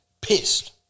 pissed